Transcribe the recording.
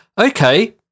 okay